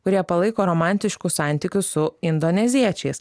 kurie palaiko romantiškus santykius su indoneziečiais